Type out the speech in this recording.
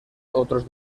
otros